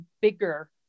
bigger